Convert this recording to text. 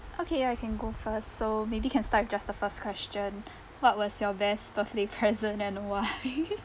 okay ya you can go first so maybe can start with just the first question what was your best birthday present and why